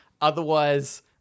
Otherwise